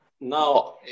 now